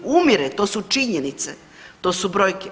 Umire, to su činjenice, to su brojke.